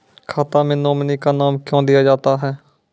खाता मे नोमिनी का नाम क्यो दिया जाता हैं?